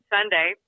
Sunday